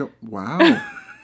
Wow